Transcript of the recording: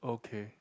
okay